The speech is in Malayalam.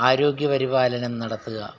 ആരോഗ്യപരിപാലനം നടത്തുക